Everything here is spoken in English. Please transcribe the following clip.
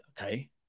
okay